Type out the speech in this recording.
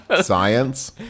science